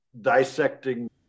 dissecting